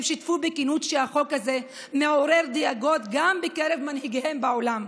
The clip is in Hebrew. הם שיתפו בכנות שהחוק הזה מעורר דאגות גם בקרב מנהיגים בעולם,